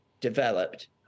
developed